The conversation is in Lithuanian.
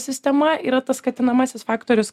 sistema yra tas skatinamasis faktorius